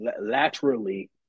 Laterally